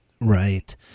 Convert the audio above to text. Right